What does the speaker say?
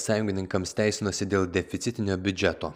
sąjungininkams teisinosi dėl deficitinio biudžeto